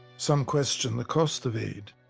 some question the cost of aid,